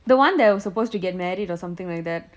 the one that was suppose to get married or something like that